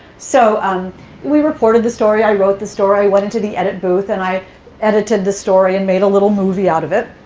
so um we reported the story. i wrote the story. i went into the edit booth, and i edited the story and made a little movie out of it.